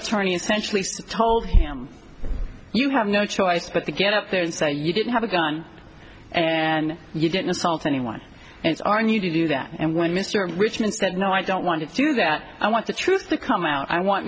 attorney essentially told him you have no choice but to get up there and say you didn't have a gun and you didn't assault anyone and it's our new to do that and when mr richmond said no i don't want to do that i want the truth to come out i want